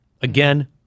Again